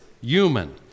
human